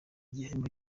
gihembo